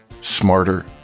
smarter